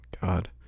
God